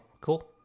Cool